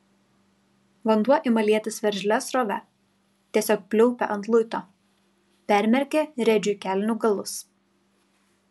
vanduo ima lietis veržlia srove tiesiog pliaupia ant luito permerkia redžiui kelnių galus